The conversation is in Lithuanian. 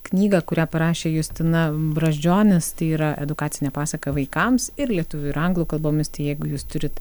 knygą kurią parašė justina brazdžionis tai yra edukacinę pasaką vaikams ir lietuvių ir anglų kalbomis jeigu jūs turit